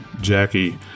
Jackie